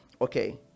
okay